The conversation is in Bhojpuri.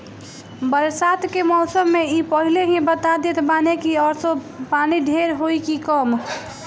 बरसात के मौसम में इ पहिले ही बता देत बाने की असो पानी ढेर होई की कम